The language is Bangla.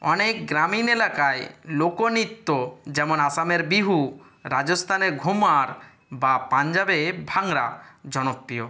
অনেক গ্রামীণ এলাকায় লোকনৃত্য যেমন আসামের বিহু রাজস্থানে ঘোমার বা পাঞ্জাবে ভাঙরা জনপ্রিয়